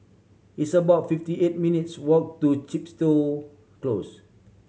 it's about fifty eight minutes' walk to Chepstow Close